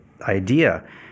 idea